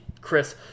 Chris